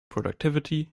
productivity